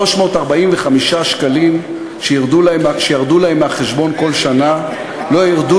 345 שקלים שירדו להם מהחשבון כל שנה לא ירדו